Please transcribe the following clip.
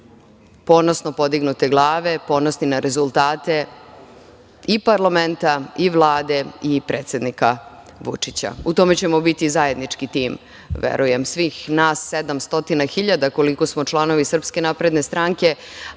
ponosno podignute glave, ponosni na rezultate i parlamenta, i Vlade i predsednika Vučića.U tome ćemo biti zajednički tim, verujem. Svih nas 700.000, koliko smo članovi Srpske napredne stranke,